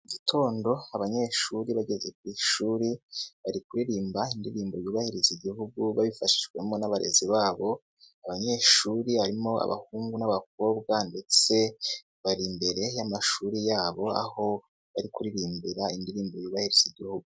Mu gitondo abanyeshuri bageze ku ishuri bari kuririmba indirimbo yubahiriza igihugu babifashijwemo n'abarezi babo, abanyeshuri harimo abahungu n'abakobwa ndetse bari imbere y'amashuri yabo aho bari kuririmbira indirimbo yubahiriza igihugu.